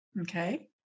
Okay